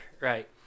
right